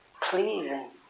pleasing